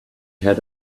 had